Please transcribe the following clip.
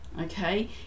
okay